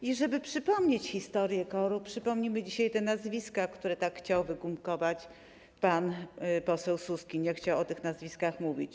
I żeby przypomnieć historię KOR-u, przypomnimy dzisiaj te nazwiska, które tak chciał wygumkować pan poseł Suski, nie chciał o tych nazwiskach mówić.